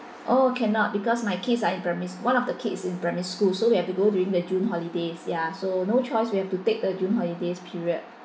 oh cannot because my kids are in primary s~ one of the kids in primary school so we have to go during the june holidays ya so no choice we have to take the june holidays period